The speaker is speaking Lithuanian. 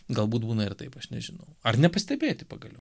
galbūt būna ir taip aš nežinau ar nepastebėti pagaliau